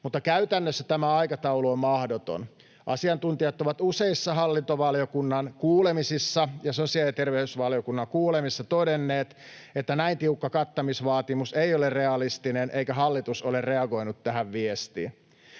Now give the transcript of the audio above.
mutta käytännössä tämä aikataulu on mahdoton. Asiantuntijat ovat useissa hallintovaliokunnan kuulemisissa ja sosiaali‑ ja terveysvaliokunnan kuulemisissa todenneet, että näin tiukka kattamisvaatimus ei ole realistinen, eikä hallitus ole reagoinut tähän viestiin.